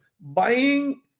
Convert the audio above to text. buying